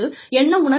என்ன உணர்கிறார்கள்